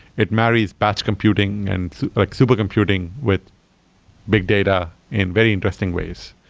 it marries batch computing and like super computing with big data in very interesting ways.